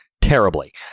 terribly